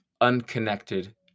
unconnected